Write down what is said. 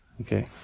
Okay